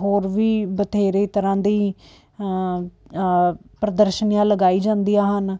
ਹੋਰ ਵੀ ਬਥੇਰੇ ਤਰ੍ਹਾਂ ਦੀ ਪ੍ਰਦਰਸ਼ਨੀਆਂ ਲਗਾਈ ਜਾਂਦੀਆਂ ਹਨ